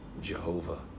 Jehovah